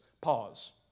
Pause